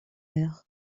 meurt